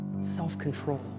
self-control